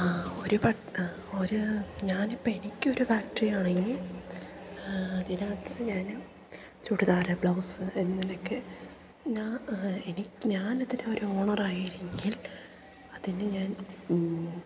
ഒരു പട്ട് ഒര് ഞാനിപ്പെനിക്കൊരു ഫാക്ടറിയാണെങ്കിൽ അതിനകത്ത് ഞാന് ചുരിദാർ ബ്ലൗസ് എന്നതിലൊക്കെ ഞാന് എനിക്ക് ഞാൻ അതിനൊരു ഓണർ ആയിരുന്നെങ്കിൽ അതിന് ഞാൻ